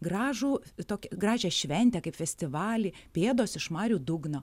gražų tokią gražią šventę kaip festivalį pėdos iš marių dugno